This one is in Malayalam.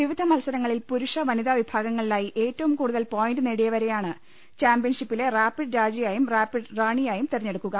വിവിധ മത്സരങ്ങളിൽ പുരുഷവനിതാ വിഭാഗങ്ങളിലായി ഏറ്റവും കൂടുതൽ പോയിന്റ് നേടിയവരെയാണ് ചാമ്പ്യൻഷിപ്പിലെ റാപ്പിഡ് രാജയായും റാപ്പിഡ് റാണിയായും തെരഞ്ഞെടുക്കുക